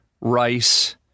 rice